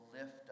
lift